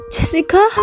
Jessica